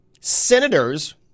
senators